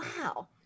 wow